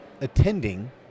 attending